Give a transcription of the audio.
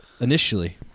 initially